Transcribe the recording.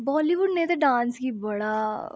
Bollywood ने ते dance गी बड़ा